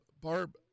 barb